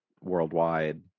worldwide